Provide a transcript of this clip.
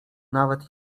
nawet